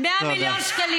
אבל את לא עונה לי על השאלה.